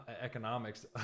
economics